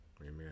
Amen